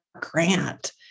Grant